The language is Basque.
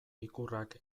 ikurrak